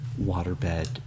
waterbed